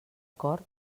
cor